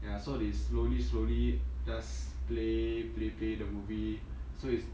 ya so they slowly slowly just play play play the movie so it's